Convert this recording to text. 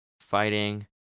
fighting